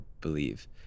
believe